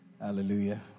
Hallelujah